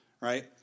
Right